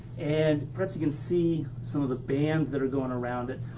and perhaps you can see some of the bands that are going around it.